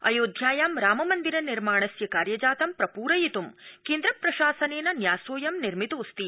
अयोध्यायां राम मंदिर निर्माणस्य कार्यजातं प्रप्रयित् केन्द्रप्रशासनेन न्यासोऽयं निर्मितोऽस्ति